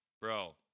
bro